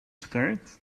skirt